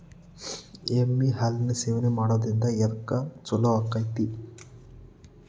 ಎಮ್ಮಿ ಹಾಲು ಸೇವನೆ ಮಾಡೋದ್ರಿಂದ ಎದ್ಕ ಛಲೋ ಆಕ್ಕೆತಿ?